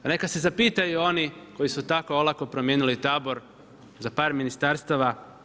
Pa neka se zapitaju oni koji su tako olako promijenili tabor za par ministarstava.